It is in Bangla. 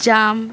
জাম